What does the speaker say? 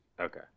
Okay